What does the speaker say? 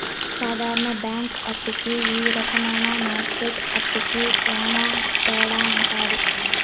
సాధారణ బ్యాంక్ అప్పు కి ఈ రకమైన మార్కెట్ అప్పుకి శ్యాన తేడా ఉంటది